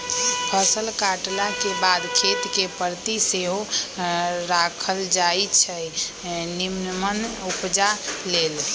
फसल काटलाके बाद खेत कें परति सेहो राखल जाई छै निम्मन उपजा लेल